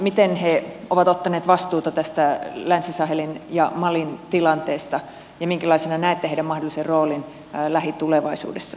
miten ne ovat ottaneet vastuuta tästä länsi sahelin ja malin tilanteesta ja minkälaisena näette niiden mahdollisen roolin lähitulevaisuudessa